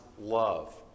love